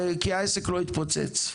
כי העסק לא התפוצץ,